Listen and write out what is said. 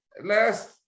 last